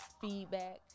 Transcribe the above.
feedback